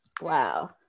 Wow